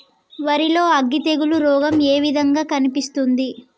వరి లో అగ్గి తెగులు రోగం ఏ విధంగా కనిపిస్తుంది?